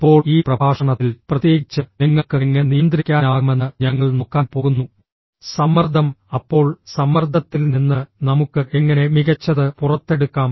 ഇപ്പോൾ ഈ പ്രഭാഷണത്തിൽ പ്രത്യേകിച്ച് നിങ്ങൾക്ക് എങ്ങനെ നിയന്ത്രിക്കാനാകുമെന്ന് ഞങ്ങൾ നോക്കാൻ പോകുന്നു സമ്മർദ്ദം അപ്പോൾ സമ്മർദ്ദത്തിൽ നിന്ന് നമുക്ക് എങ്ങനെ മികച്ചത് പുറത്തെടുക്കാം